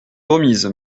remise